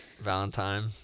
Valentine